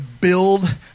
build